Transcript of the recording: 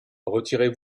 retirez